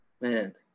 Man